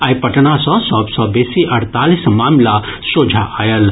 आइ पटना सँ सभ सँ बेसी अड़तालीस मामिला सोझा आयल अछि